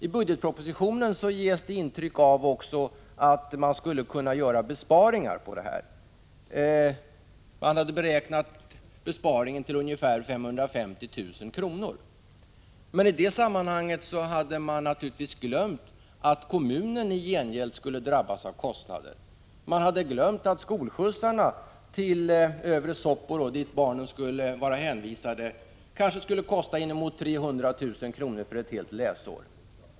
I budgetpropositionen ges ett intryck av att det skulle gå att göra en besparing på denna nedläggning, och den beräknas till ungefär 550 000 kr. I det sammanhanget har man naturligtvis glömt att kommunen i gengäld skulle drabbas av kostnader, t.ex. för skolskjutsarna till Övre Soppero, dit barnen skulle hänvisas, på kanske uppemot 300 000 kr. för ett helt läsår.